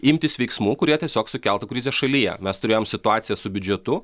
imtis veiksmų kurie tiesiog sukeltų krizę šalyje mes turėjom situaciją su biudžetu